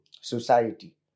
society